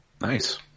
Nice